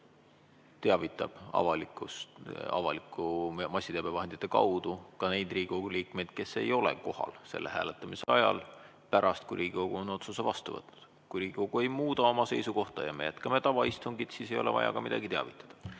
teavitab avalikkust avalike massiteabevahendite kaudu – ka neid Riigikogu liikmeid, kes ei ole kohal selle hääletamise ajal –, pärast seda, kui Riigikogu on otsuse vastu võtnud. Kui Riigikogu ei muuda oma seisukohta ja me jätkame tavaistungit, siis ei ole ka vaja midagi teavitada.